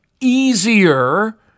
easier